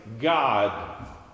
God